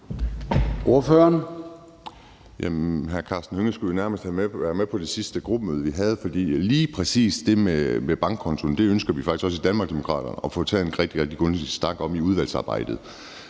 hr. Karsten Hønge skulle næsten have været med på det sidste gruppemøde, vi havde, for lige præcis det med bankkontoer ønsker vi faktisk også i Danmarksdemokraterne at få taget en rigtig, rigtig grundig snak om i udvalgsarbejdet.